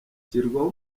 ishyirwaho